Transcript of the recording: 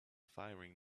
firing